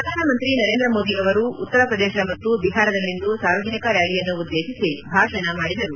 ಪ್ರಧಾನಮಂತ್ರಿ ನರೇಂದ್ರ ಮೋದಿ ಅವರು ಉತ್ತರ ಪ್ರದೇಶ ಮತ್ತು ಬಿಹಾರದಲ್ಲಿಂದು ಸಾರ್ವಜನಿಕ ರ್ಕಾಲಿಯನ್ನು ಉದ್ದೇಶಿಸಿ ಭಾಷಣ ಮಾಡಿದರು